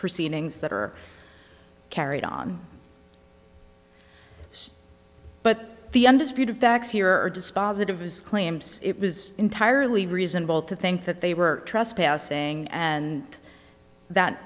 proceedings that are carried on but the undisputed facts here are dispositive his claims it was entirely reasonable to think that they were trespassing and that